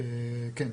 כן.